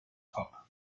pub